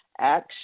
Action